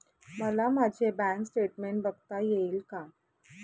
मला माझे bank statement बघता येईल का?